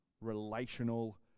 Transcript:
relational